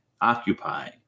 Occupy